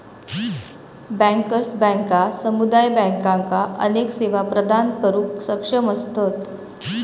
bankers बँका समुदाय बँकांका अनेक सेवा प्रदान करुक सक्षम असतत